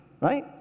right